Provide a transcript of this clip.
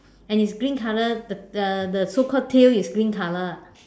and it's green color the uh the so called tail is green color